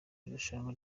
irushanwa